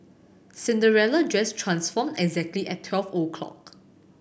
Cinderella dress transformed exactly at twelve o'clock